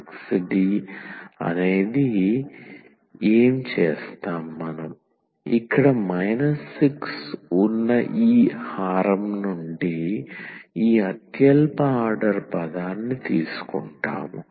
కాబట్టి మనం ఏమి చేస్తాం ఇక్కడ 6 ఉన్న ఈ హారం నుండి ఈ అత్యల్ప ఆర్డర్ పదాన్ని తీసుకుంటాము